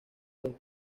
las